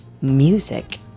music